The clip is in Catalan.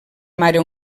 mare